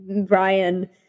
Brian